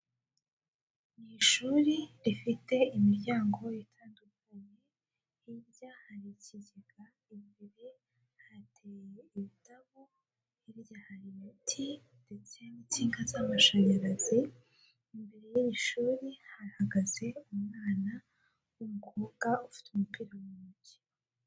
Mu ishuri rifite imiryango itandukanye, hirya hari ikigega, imbere hateye ibitavu, hirya hari imiti, ndetse n'insinga z'amashanyarazi, imbere y'irishuri hahagaze umwana w'umukobwa, ufite umupira mu ntoki.